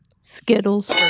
Skittles